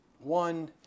one